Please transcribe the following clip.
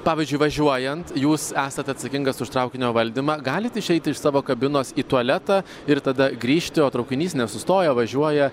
pavyzdžiui važiuojant jūs esat atsakingas už traukinio valdymą galit išeiti iš savo kabinos į tualetą ir tada grįžti o traukinys nesustoja važiuoja